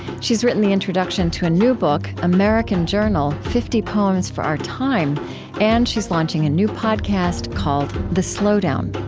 she's written the introduction to a new book, american journal fifty poems for our time and she's launching a new podcast called the slowdown